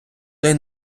той